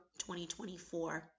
2024